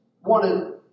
wanted